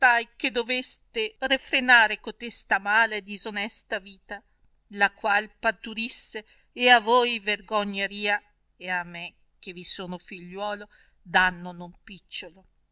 che doveste reffrenare cotesta mala e disonesta vita la qual parturìsse e a voi vergogna ria e a me che vi sono figliuolo danno non picciolo